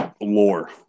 lore